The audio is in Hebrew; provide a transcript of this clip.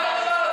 תתבייש לך,